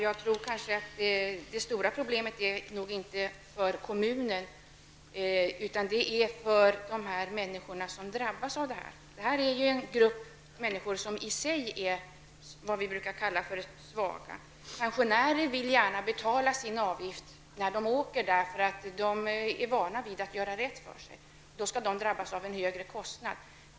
Herr talman! Problemet är nog inte så stort för kommunerna utan för de människor som drabbas. Det är en grupp människor som i sig är vad vi brukar kalla för svaga. Pensionärerna vill gärna betala avgiften när de åker, därför att de är vana vid att göra rätt för sig. Då skall de drabbas av en högre kostnad.